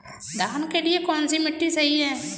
धान के लिए कौन सी मिट्टी सही है?